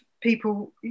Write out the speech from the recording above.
people